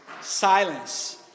silence